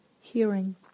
hearing